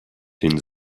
den